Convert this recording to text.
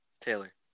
Taylor